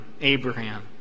Abraham